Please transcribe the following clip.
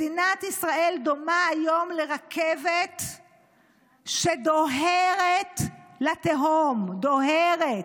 מדינת ישראל דומה היום לרכבת שדוהרת לתהום, דוהרת,